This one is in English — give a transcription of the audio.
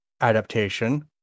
adaptation